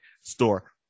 store